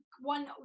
one